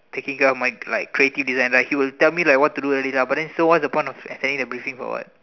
taking care of my like creative design right he will tell me like what to do already lah but then what's the point of attending the briefing for what